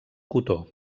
cotó